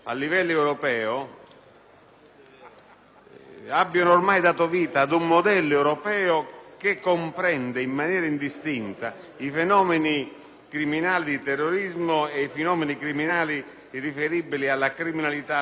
hanno dato vita ad un modello europeo che comprende in modo indistinto i fenomeni criminali di terrorismo e quelli riferibili alla criminalità organizzata.